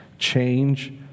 Change